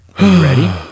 ready